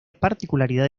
particularidad